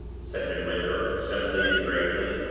said midwinter, simply and gravely.